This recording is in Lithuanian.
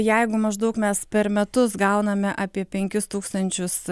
jeigu maždaug mes per metus gauname apie penkis tūkstančius